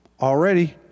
Already